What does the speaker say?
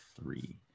three